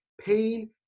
pain